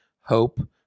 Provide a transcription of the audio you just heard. hope